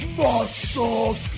muscles